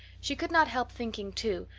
she could not help thinking, too,